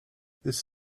this